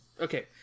Okay